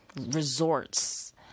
resorts